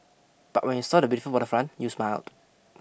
but when you saw the beautiful waterfront you smiled